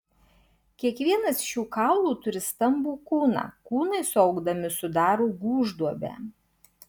kiekvienas šių kaulų turi stambų kūną kūnai suaugdami sudaro gūžduobę